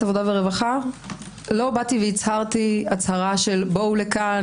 עבודה ורווחה לא הצהרתי: בואו לכאן,